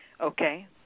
Okay